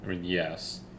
yes